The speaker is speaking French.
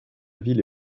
ville